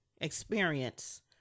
experience